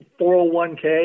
401K